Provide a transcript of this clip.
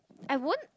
I won't